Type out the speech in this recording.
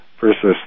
versus